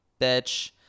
bitch